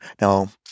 Now